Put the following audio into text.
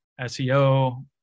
SEO